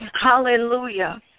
Hallelujah